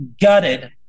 gutted